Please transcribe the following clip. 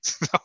no